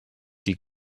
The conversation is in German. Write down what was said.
die